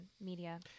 media